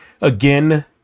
again